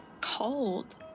cold